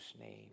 name